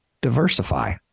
diversify